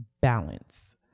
balance